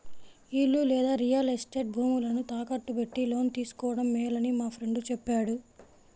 ఇల్లు లేదా real estate భూములను తాకట్టు పెట్టి లోను తీసుకోడం మేలని మా ఫ్రెండు చెప్పాడు